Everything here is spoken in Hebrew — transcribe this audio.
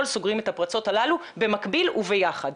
סוגרים את הפרצות הללו ובמקביל וביחד.